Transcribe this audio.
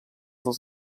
dels